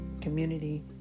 community